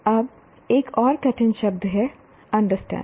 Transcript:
अब एक और कठिन शब्द है अंडरस्टैंड